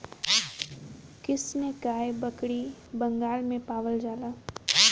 कृष्णकाय बकरी बंगाल में पावल जाले